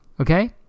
Okay